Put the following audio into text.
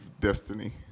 destiny